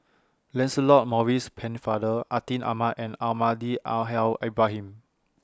Lancelot Maurice Pennefather Atin Amat and Almahdi Al Haj Ibrahim